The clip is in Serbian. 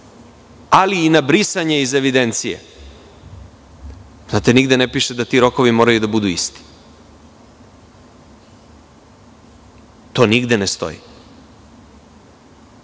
ali i na brisanje iz evidencije. Znate, nigde ne piše da ti rokovi moraju da budu isti. To nigde ne stoji. Prema